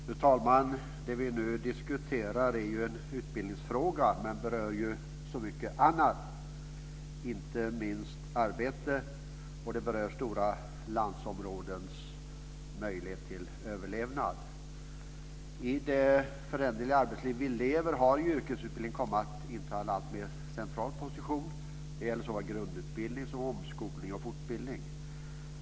Fru talman! Det som vi nu diskuterar är en utbildningsfråga, men den berör så mycket annat, inte minst arbete och stora landsområdens möjligheter till överlevnad. I det föränderliga arbetsliv som vi lever i har yrkesutbildningen kommit att inta en alltmer central position. Det gäller såväl grundutbildning som omskolning och fortbildning.